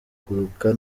kugira